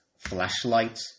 Flashlight